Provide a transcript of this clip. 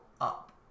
up